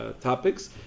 topics